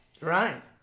Right